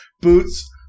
boots